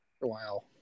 Wow